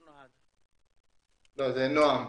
נעם,